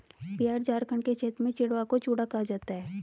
बिहार झारखंड के क्षेत्र में चिड़वा को चूड़ा कहा जाता है